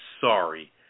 sorry